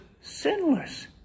sinless